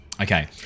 Okay